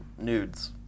nudes